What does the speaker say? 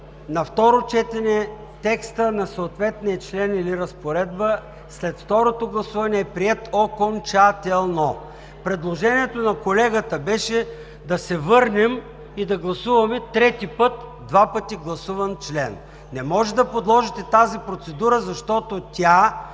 на второ четене текстът на съответния член или разпоредба след второто гласуване е приет окончателно. Предложението на колегата беше да се върнем и да гласуваме трети път два пъти гласуван член. Не може да подложите тази процедура, защото